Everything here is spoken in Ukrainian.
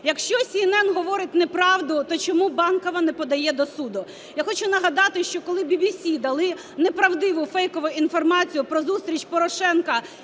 Якщо CNN говорить не правду, то чому Банкова не подає до суду? Я хочу нагадати, що коли ВВС дали неправдиву фейкову інформацію про зустріч Порошенка